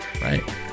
Right